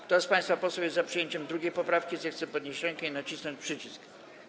Kto z państwa posłów jest za przyjęciem 2. poprawki, zechce podnieść rękę i nacisnąć przycisk.